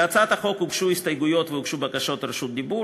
להצעת החוק הוגשו הסתייגויות והוגשו בקשות רשות דיבור.